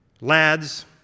lads